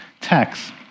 text